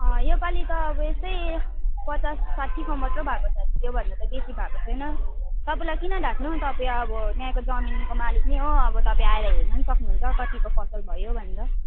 योपालि त अब यस्तै पचास साठीको मात्र भएको छ त्योभन्दा त बेसी भएको छैन तपाईँलाई किन ढाँट्नु तपाईँ अब यहाँको जमीनको मालिक नै हो अब तपाईँ आएर हेर्नु नि सक्नुहुन्छ कतिको फसल भयो भनेर